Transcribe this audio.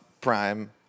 Prime